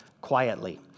quietly